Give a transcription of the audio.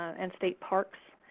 and state parks.